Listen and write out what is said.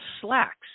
Slacks